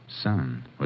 Son